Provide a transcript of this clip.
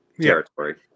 territory